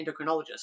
endocrinologist